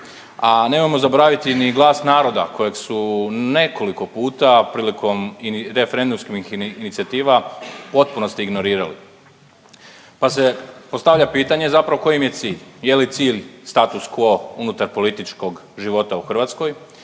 a nemojmo zaboraviti ni glas naroda kojeg su nekoliko puta prilikom referendumskih inicijativa u potpunosti ignorirali pa se postavlja pitanje zapravo koji im je cilj. Je li cilj status quo unutar političkog života u Hrvatskoj